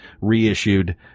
reissued